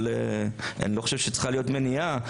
אני לא חושב שצריכה להיות מניעה,